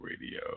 Radio